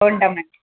ఉంటానండి